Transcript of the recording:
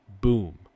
Boom